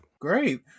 Great